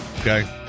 okay